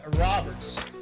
Roberts